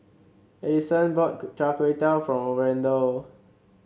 Adyson bought Char Kway Teow for Randall